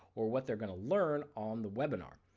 or what they are going to learn on the webinar.